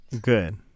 good